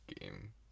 game